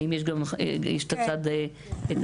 האם יש גם את הצד השני?